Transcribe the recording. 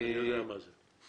אני יודע מה זה.